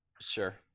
Sure